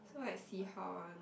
so like see how one